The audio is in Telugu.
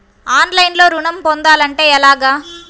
ఆన్లైన్లో ఋణం పొందాలంటే ఎలాగా?